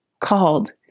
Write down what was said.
called